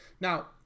Now